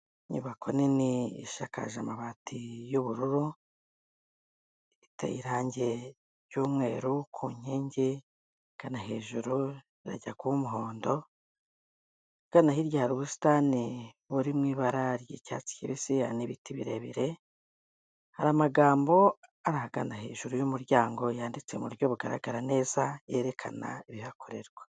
Inyubako nini ishakakaje amabati y'ubururu iteye irangi ry'umweru ku nkingi igana hejuru irajya kuba umuhondo, igana hirya hari ubusitani buri mu ibara ry'icyatsi kibisi n'ibiti birebire hari amagambo aragana hejuru y'umuryango yanditse mu buryo bugaragara neza yerekana ibihakorerwa.